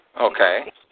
Okay